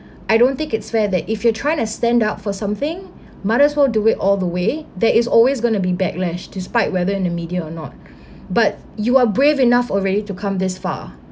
I don't think it's fair that if you're trying to stand up for something no matters who do it all the way there is always gonna be backlash despite whether in the media or not but you are brave enough already to come this far